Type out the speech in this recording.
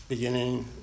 beginning